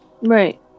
right